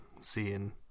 seeing